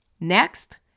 Next